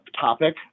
topic